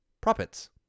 Profits